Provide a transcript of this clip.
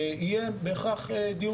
יהיה בהכרח דיון אפקטיבי.